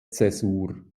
zäsur